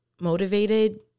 motivated